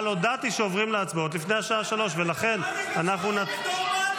אבל הודעתי שעוברים להצבעות לפני השעה 15:00. ולכן אנחנו נתקדם.